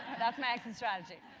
that's my exit strategy.